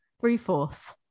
Three-fourths